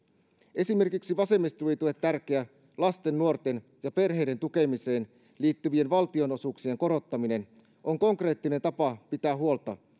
esimerkiksi vasemmistoliitolle tärkeä lasten nuorten ja perheiden tukemiseen liittyvien valtionosuuksien korottaminen on konkreettinen tapa pitää huolta